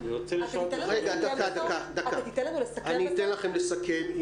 אתן לכם לסכם.